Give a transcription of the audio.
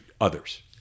others